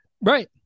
Right